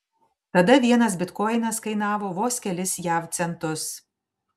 tada vienas bitkoinas kainavo vos kelis jav centus